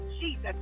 Jesus